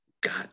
God